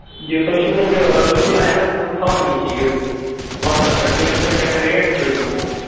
یہِ تُہۍ چھُو نا یہِ ٲں تُہۍ چھُو نا ایٚوَلیبٕل تھاوٲنی چیٖز وقتَس پٮ۪ٹھ بیٚیہِ چھُو توہہِ کیٚتھانۍ ریٹ کھاجمٕژ